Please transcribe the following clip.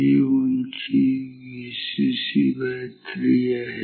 ही ऊंची Vcc3 आहे